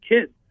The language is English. kids